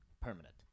permanent